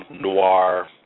noir